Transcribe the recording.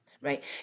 right